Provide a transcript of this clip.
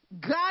God